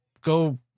go